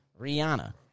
Rihanna